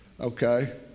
Okay